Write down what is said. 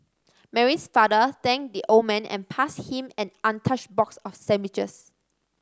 Mary's father thanked the old man and passed him an untouched box of sandwiches